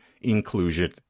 inclusion